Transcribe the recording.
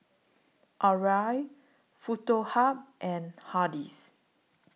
Arai Foto Hub and Hardy's